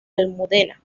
almudena